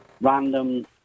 random